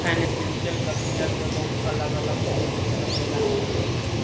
financial capital के बहुत अलग अलग स्रोत हो सकेला